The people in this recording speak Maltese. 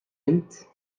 int